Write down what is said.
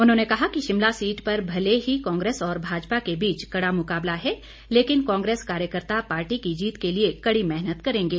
उन्होंने कहा कि शिमला सीट पर भले ही कांग्रेस और भाजपा के बीच कड़ा मुकाबला है लेकिन कांग्रेस कार्यकर्त्ता पार्टी की जीत के लिए कड़ी मेहनत करेंगे